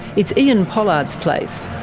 it's ean pollard's place.